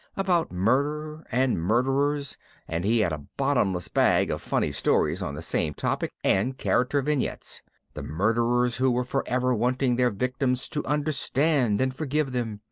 about murder and murderers and he had a bottomless bag of funny stories on the same topic and character vignettes the murderers who were forever wanting their victims to understand and forgive them,